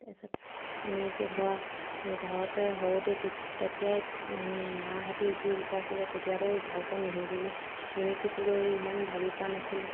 তাৰপিছত আমি এতিয়া বোৱা ঘৰতে সৰুতে তেতিয়াই মাহঁতে যি শিকাইছিলে তেতিয়াতো ভালকৈ নিশিকিলোঁ নিশিকিছিলোঁ ইমান ভাবি পোৱা নাছিলোঁ